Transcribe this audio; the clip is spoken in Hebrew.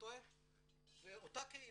ואותה קהילה,